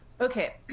Okay